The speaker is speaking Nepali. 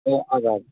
ए हजुर